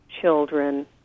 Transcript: children